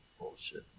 Bullshit